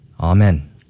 Amen